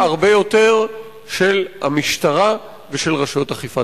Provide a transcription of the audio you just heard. לפעולה קשה הרבה יותר של המשטרה ושל רשויות אכיפת החוק.